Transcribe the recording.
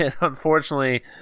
unfortunately